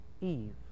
Eve